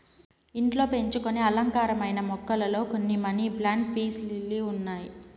ఇంట్లో పెంచుకొనే అలంకారమైన మొక్కలలో కొన్ని మనీ ప్లాంట్, పీస్ లిల్లీ ఉన్నాయి